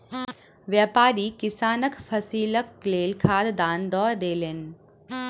व्यापारी किसानक फसीलक लेल खाद दान दअ देलैन